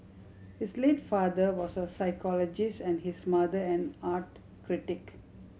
his late father was a psychologist and his mother an art critic